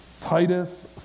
Titus